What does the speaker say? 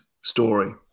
story